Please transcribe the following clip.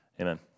Amen